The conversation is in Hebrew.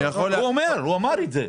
הוא אמר את זה.